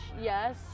yes